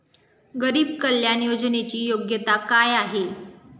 गरीब कल्याण योजनेची योग्यता काय आहे?